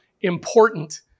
important